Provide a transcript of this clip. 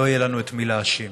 לא יהיה לנו את מי להאשים.